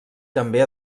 també